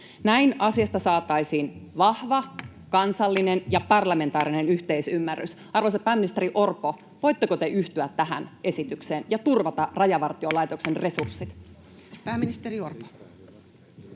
Näin asiasta saataisiin vahva kansallinen ja parlamentaarinen yhteisymmärrys. Arvoisa pääministeri Orpo, voitteko te yhtyä tähän esitykseen ja turvata Rajavartiolaitoksen resurssit?